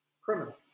criminals